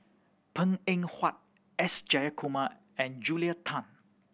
Png Eng Huat S Jayakumar and Julia Tan